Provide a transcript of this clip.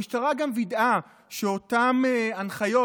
המשטרה גם וידאה שאותן הנחיות,